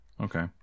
Okay